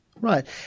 Right